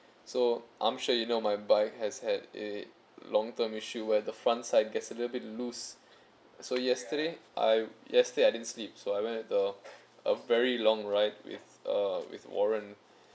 so I'm sure you know my bike has had a long term issue where the front side gets a little bit loose so yesterday I yesterday I didn't sleep so I went to the a very long ride with uh with warren